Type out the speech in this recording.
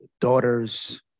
daughters